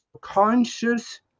conscious